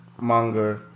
manga